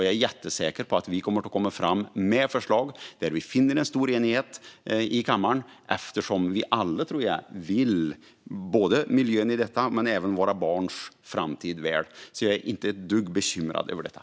Jag är jättesäker på att vi kommer att komma fram med förslag som vi finner stor enighet för i kammaren, eftersom vi alla, tror jag, vill både miljöns och våra barns framtid väl. Jag är inte ett dugg bekymrad över detta.